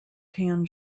tan